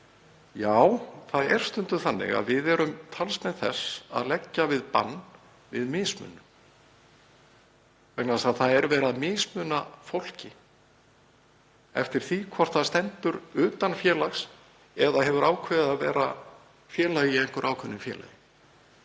Já, það er stundum þannig að við erum talsmenn þess að leggja bann við mismunun en það er verið að mismuna fólki eftir því hvort það stendur utan félags eða hefur ákveðið að vera félagi í ákveðnu félagi.